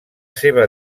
seva